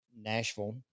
Nashville